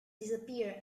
disappear